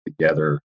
together